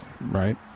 right